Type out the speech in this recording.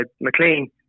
McLean